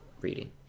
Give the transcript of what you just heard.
reading